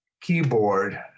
keyboard